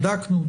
בדקנו,